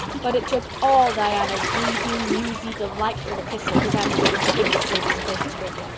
but it took all diana's breezy, newsy, delightful epistle to banish the sting of ruby's postscript.